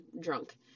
drunk